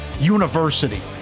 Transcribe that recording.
University